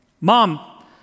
Mom